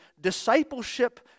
discipleship